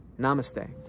Namaste